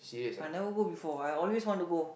I never go before I always want to go